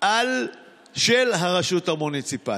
של הרשות המוניציפלית.